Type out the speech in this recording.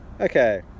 Okay